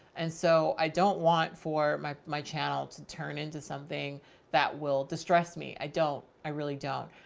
and so i don't want for my my channel to turn into something that will distress me. i don't, i really don't.